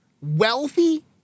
wealthy